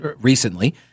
recently